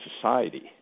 society